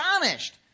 astonished